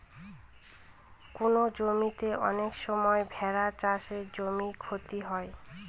কোনো জমিতে অনেক সময় ভেড়া চড়ে জমির ক্ষতি হয়